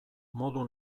modu